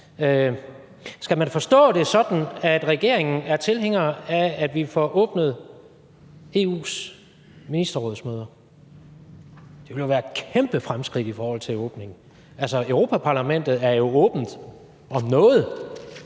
Skal man forstå det sådan, at regeringen er tilhænger af, at vi får åbnet EU's ministerrådsmøder? Det ville jo være et kæmpe fremskridt i forhold til åbenhed. Europa-Parlamentet er jo om noget